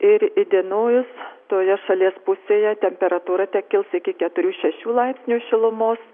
ir įdienojus toje šalies pusėje temperatūra tekils iki keturių šešių laipsnių šilumos